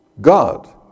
God